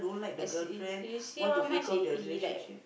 as in do you see how much he he like